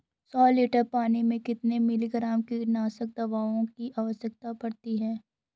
सौ लीटर पानी में कितने मिलीग्राम कीटनाशक दवाओं की आवश्यकता पड़ती है?